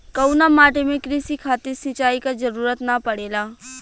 कउना माटी में क़ृषि खातिर सिंचाई क जरूरत ना पड़ेला?